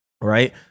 right